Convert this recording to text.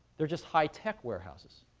they're just high-tech warehouses.